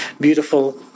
beautiful